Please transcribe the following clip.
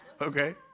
Okay